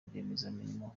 rwiyemezamirimo